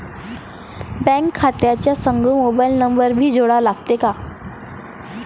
Bank खात्या संग mobile number भी जोडा लागते काय?